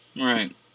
Right